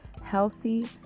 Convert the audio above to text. healthy